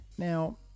Now